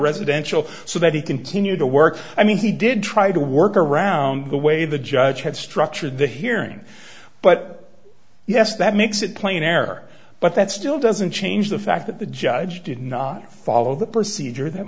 residential so that he continued to work i mean he did try to work around the way the judge had structured the hearing but yes that makes it plain air but that still doesn't change the fact that the judge did not follow the procedure th